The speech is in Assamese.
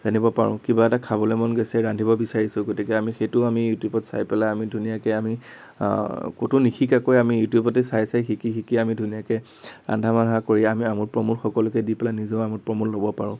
জানিব পাৰোঁ কিবা এটা খাবলৈ মন গৈছে ৰান্ধিব বিচাৰিছোঁ গতিকে আমি সেইটো আমি ইউটিউবত চাই পেলাই আমি ধুনীয়াকৈ আমি ক'তো নিশিকাকৈ আমি ইউটিউবতে চাই চাই শিকি শিকি আমি ধুনীয়াকৈ ৰন্ধা বঢ়া কৰি আমি আমোদ প্ৰমোদ সকলোকে দি পেলাই নিজেও আমোদ প্ৰমোদ ল'ব পাৰোঁ